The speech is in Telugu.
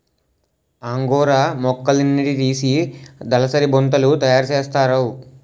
అంగోరా మేకలున్నితీసి దలసరి బొంతలు తయారసేస్తారు